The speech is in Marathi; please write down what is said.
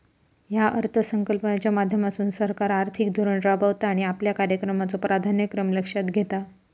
या अर्थसंकल्पाच्या माध्यमातसून सरकार आर्थिक धोरण राबवता आणि आपल्या कार्यक्रमाचो प्राधान्यक्रम लक्षात घेता